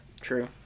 True